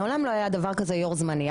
מעולם לא היה דבר כזה יושב-ראש זמני.